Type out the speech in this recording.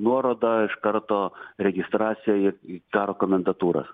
nuoroda iš karto registracija į į komendantūras